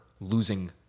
losing